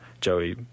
joey